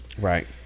Right